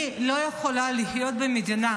אני לא יכולה לחיות במדינה,